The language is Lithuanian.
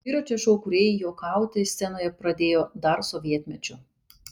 dviračio šou kūrėjai juokauti scenoje pradėjo dar sovietmečiu